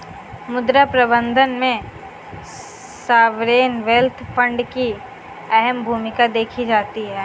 मुद्रा प्रबन्धन में सॉवरेन वेल्थ फंड की अहम भूमिका देखी जाती है